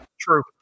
True